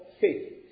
faith